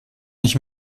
nicht